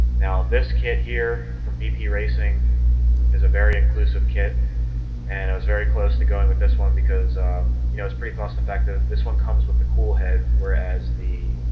now this kit here from bp racing is a very inclusive kit and i was very close to going with this one because you know, it's pretty cost effective. this one comes with the cool head whereas the